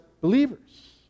believers